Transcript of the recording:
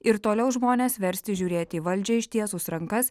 ir toliau žmones versti žiūrėti į valdžią ištiesus rankas